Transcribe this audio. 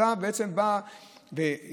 אתה בעצם בא לשנות.